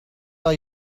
are